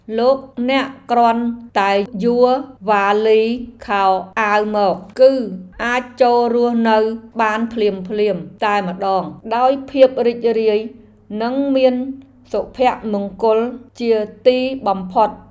លោកអ្នកគ្រាន់តែយួរវ៉ាលីសខោអាវមក គឺអាចចូលរស់នៅបានភ្លាមៗតែម្តងដោយភាពរីករាយនិងមានសុភមង្គលជាទីបំផុត។